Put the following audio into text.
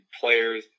players